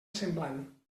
semblant